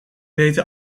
weten